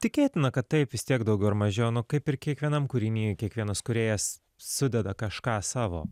tikėtina kad taip vis tiek daugiau ar mažiau kaip ir kiekvienam kūriny kiekvienas kūrėjas sudeda kažką savo